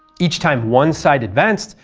each time one side advanced,